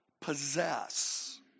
possess